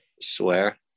swear